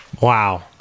Wow